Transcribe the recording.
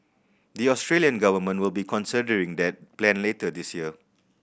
the Australian government will be considering that plan later this year